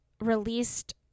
released